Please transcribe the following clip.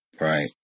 right